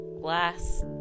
glass